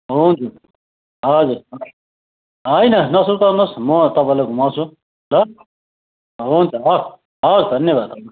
हुन्छ हजुर होइन नसुर्ताउनुहोस् म तपाईँलाई घुमाउँछु ल हुन्छ हवस् हवस् धन्यवाद